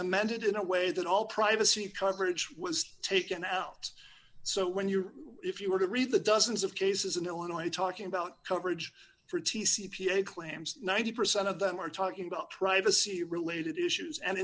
amended in a way that all privacy and coverage was taken out so when you if you were to read the dozens of cases in illinois talking about coverage for t c p claims ninety percent of them are talking about privacy related issues and